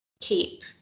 keep